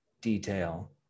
detail